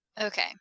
Okay